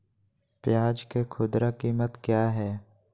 प्याज के खुदरा कीमत क्या है?